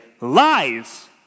lies